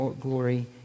glory